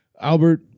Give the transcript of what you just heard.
Albert